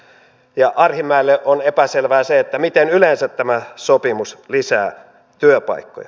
ja arhinmäelle on epäselvää se miten yleensä tämä sopimus lisää työpaikkoja